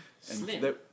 Slim